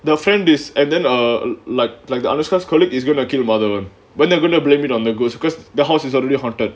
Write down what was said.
the friend this and then err like like the anushka colleague is going to kill madhavan then they're going to blame it on the ghost because the house is suddenly hunted